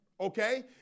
Okay